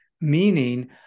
meaning